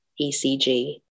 ECG